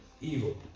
evil